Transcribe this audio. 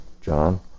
John